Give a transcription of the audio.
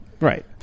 right